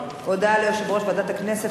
הודעה ליושב-ראש ועדת הכנסת.